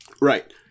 Right